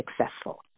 successful